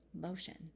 motion